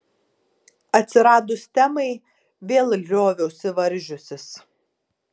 atsiradus temai vėl lioviausi varžiusis